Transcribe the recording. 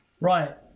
Right